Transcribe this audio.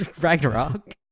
Ragnarok